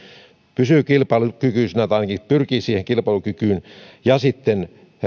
pysyy kilpailukykyisenä tai ainakin pyrkii siihen kilpailukykyyn ja sitten